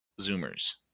Zoomers